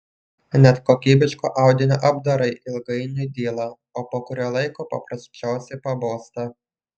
net kokybiško audinio apdarai ilgainiui dyla o po kurio laiko paprasčiausiai pabosta